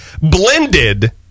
Blended